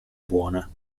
buona